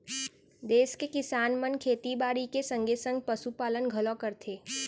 देस के किसान मन खेती बाड़ी के संगे संग पसु पालन घलौ करथे